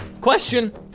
Question